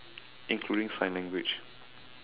including sign language